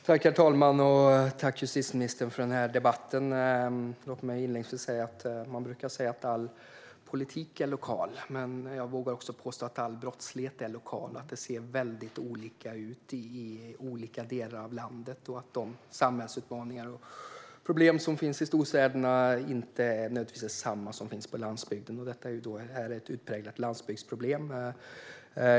Herr talman! Tack, justitieministern, för debatten! Låt mig inledningsvis säga som man brukar: All politik är lokal. Men jag vågar påstå att också all brottslighet är lokal. Det ser väldigt olika ut i olika delar av landet, och de samhällsutmaningar och problem som finns i storstäderna är inte nödvändigtvis desamma som dem som finns på landsbygden. Och just det här är ett utpräglat landsbygdsproblem.